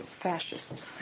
Fascist